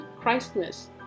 Christmas